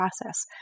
process